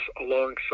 alongside